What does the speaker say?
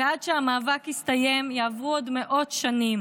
ועד שהמאבק יסתיים יעברו עוד מאות שנים,